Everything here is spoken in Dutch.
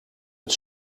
het